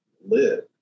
live